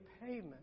payment